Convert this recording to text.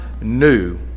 new